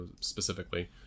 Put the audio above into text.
specifically